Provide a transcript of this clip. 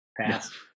pass